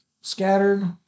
scattered